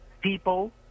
people